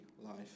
life